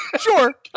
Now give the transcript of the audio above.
sure